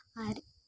ᱟᱨ